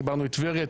חיברנו את טבריה,